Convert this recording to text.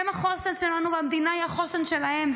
הם החוסן שלנו והמדינה היא החוסן שלהם,